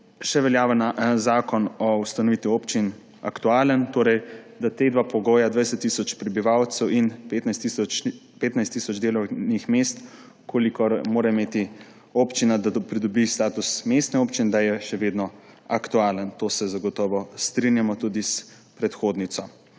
še veljavni zakon o ustanovitvi občin aktualen, torej sta ta dva pogoja, 20 tisoč prebivalcev in 15 tisoč delovnih mest, kolikor mora imeti občina, da pridobi status mestne občine, še vedno aktualna. Tu se zagotovo strinjamo tudi s predhodnico.